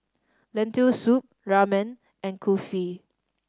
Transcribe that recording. Lentil Soup Ramen and Kulfi